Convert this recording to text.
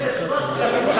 נבדק במשך 3,000 שנה.